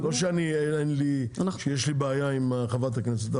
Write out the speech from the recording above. לא שיש לי בעיה חברת הכנסת.